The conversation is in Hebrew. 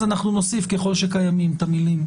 אז נוסיף את המילים: